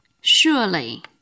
surely